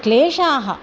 क्लेशाः